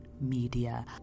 Media